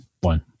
one